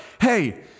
hey